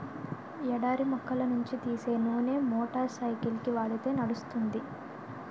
ఎడారి మొక్కల నుంచి తీసే నూనె మోటార్ సైకిల్కి వాడితే నడుస్తుంది